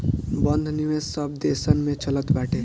बंध निवेश सब देसन में चलत बाटे